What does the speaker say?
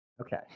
Okay